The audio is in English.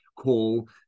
call